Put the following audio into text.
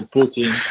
Putin